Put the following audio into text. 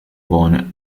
born